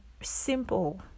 simple